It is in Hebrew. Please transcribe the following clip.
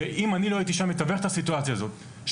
ואם אני לא הייתי שם מתווך את הסיטואציה הזאת שאף